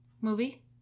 movie